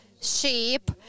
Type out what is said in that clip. sheep